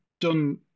done